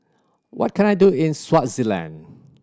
what can I do in Swaziland